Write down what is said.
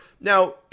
Now